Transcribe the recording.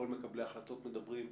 כל מקבלי החלטות מדברים,